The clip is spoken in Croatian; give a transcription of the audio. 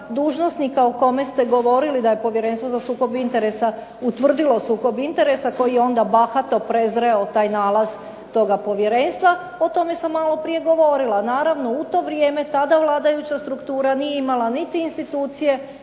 dužnosnika o kome ste govorili da je povjerenstvo za sukob interesa utvrdilo sukob interesa koji je onda bahato prezreo taj nalaz toga povjerenstva, o tome sam maloprije govorila. Naravno, u to vrijeme, tada vladajuća struktura nije imala niti institucije